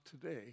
today